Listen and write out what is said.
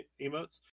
emotes